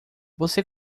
você